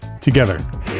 together